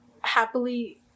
happily